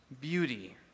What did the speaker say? Beauty